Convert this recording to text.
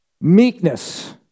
Meekness